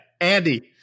Andy